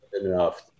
enough